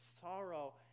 sorrow